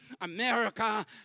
America